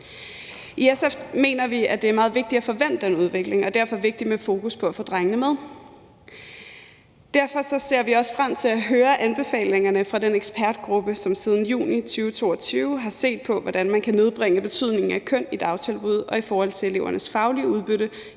I SF mener vi, at det er meget vigtigt at få vendt den udvikling, og derfor er det vigtigt med et fokus på at få drengene med. Derfor ser vi også frem til at høre anbefalingerne fra den ekspertgruppe, som siden juni 2022 har set på, hvordan man kan nedbringe betydningen af køn i dagtilbud og i forhold til elevernes faglige udbytte